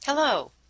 Hello